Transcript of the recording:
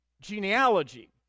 genealogy